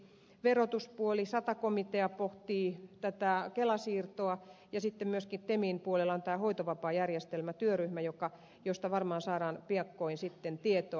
verotuspuoli sata komitea pohtii tätä kela siirtoa ja sitten myöskin temin puolella on tämä hoitovapaajärjestelmätyöryhmä josta varmaan saadaan piakkoin sitten tietoa